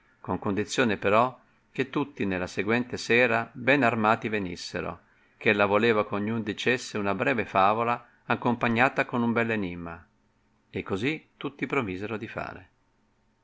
con condizione però che tutti nella seguente sera ben armati venissero ch'ella voleva eh ognuno dicesse una breve favola accompagnata con un beli enimma e così tutti promisero di fare